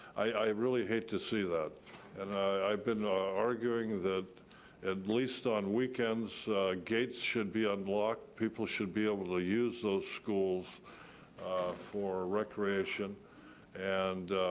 i really hate to see that and i've been arguing that at least on weekends gates should be unlocked. people should be able to use those schools for recreation and